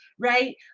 Right